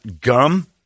gum